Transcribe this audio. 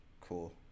Cool